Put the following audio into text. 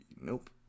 Nope